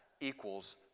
equals